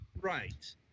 Right